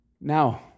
Now